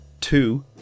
two